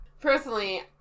personally